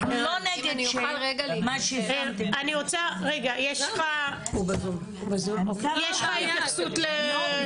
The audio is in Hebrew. אנחנו לא נגד מה ש --- יש פה התייחסות ל --- לא,